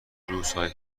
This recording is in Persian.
روزهای